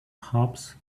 hobs